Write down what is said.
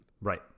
Right